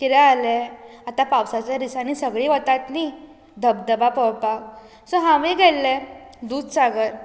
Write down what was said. कितें जालें आतां पावसाचे दिसानीच सगळीं वतात न्हय धबधबा पळोपाक सो हांव बी गेल्लें दुदसागर